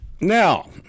now